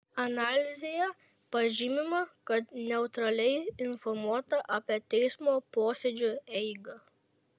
analizėje pažymima kad neutraliai informuota apie teismo posėdžių eigą